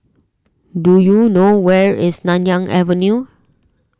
do you know where is Nanyang Avenue